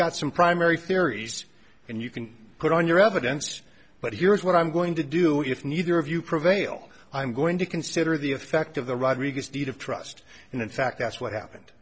got some primary theories and you can put on your evidence but here's what i'm going to do if neither of you prevail i'm going to consider the effect of the rodriguez deed of trust and in fact that's what happened